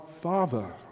Father